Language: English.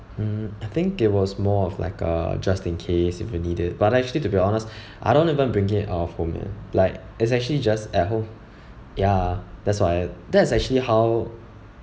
mm I think it was more of like a just in case if I need it but actually to be honest I don't even bring it out of home ya like it's actually just at home ya that's why I that's actually how